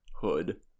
Hood